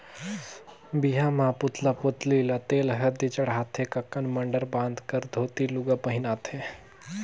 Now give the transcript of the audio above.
बिहा मे पुतला पुतली ल तेल हरदी चढ़ाथे ककन मडंर बांध कर धोती लूगा पहिनाथें